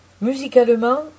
Musicalement